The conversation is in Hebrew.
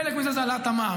חלק מזה הוא העלאת המע"מ.